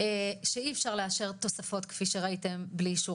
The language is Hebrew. שאי אפשר לאשר תוספות כפי שראיתם בלי אישור